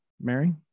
mary